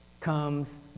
comes